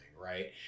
right